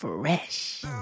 Fresh